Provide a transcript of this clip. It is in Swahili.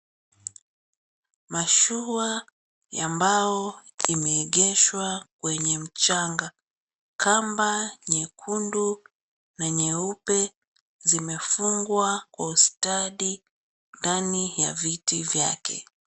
Mashua ambayo imeegeshwa kwenye mchanga, kamba nyekundu na nyeupe zimefungwa kwa ustadi ndani ya viti vyake.